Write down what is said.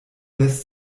lässt